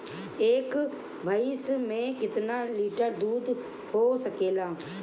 एक भइस से कितना लिटर दूध हो सकेला?